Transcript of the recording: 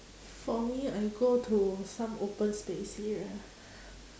for me I go to some open space area